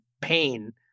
pain